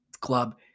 club